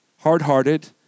hard-hearted